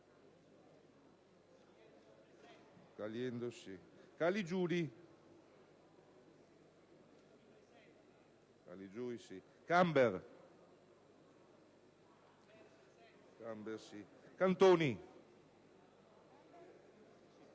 Caligiuri, Camber, Cantoni,